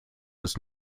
ist